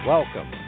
Welcome